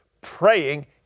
praying